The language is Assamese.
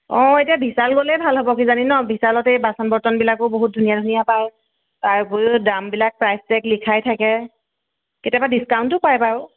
অ' এতিয়া বিশাল গ'লেই ভাল হ'ব কি জানি ন বিশালতে বাচন বৰ্তনবিলাকো বহুত ধুনীয়া ধুনীয়া পায় তাৰ উপৰিও দামবিলাক প্ৰাইচ টেগ লিখাই থাকে কেতিয়াবা ডিছকাউণ্টো পায় বাৰু